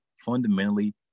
fundamentally